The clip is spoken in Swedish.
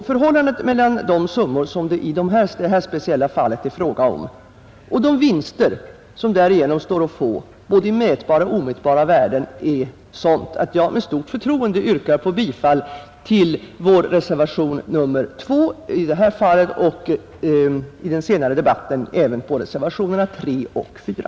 Förhållandet mellan de summor som det i det här speciella fallet är fråga om och de vinster, som därigenom står att få både i mätbara och omätbara värden, är sådant, att jag med stort förtroende yrkar bifall till reservationen 2 och i den senare debatten även till reservationerna 3 och 4.